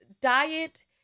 diet